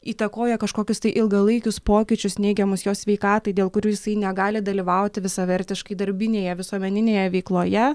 įtakoja kažkokius tai ilgalaikius pokyčius neigiamus jo sveikatai dėl kurių jisai negali dalyvauti visavertiškai darbinėje visuomeninėje veikloje